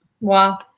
Wow